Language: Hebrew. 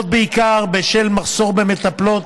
בעיקר בשל מחסור במטפלות